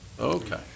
Okay